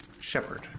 shepherd